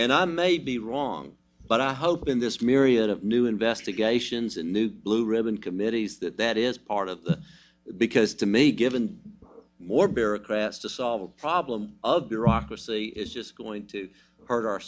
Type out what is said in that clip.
and i may be wrong but i hope in this myriad of new investigations and new blue ribbon committees that that is part of because to me given more bureaucratic to solve problems of bureaucracy is just going to hurt our